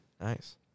Nice